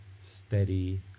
steady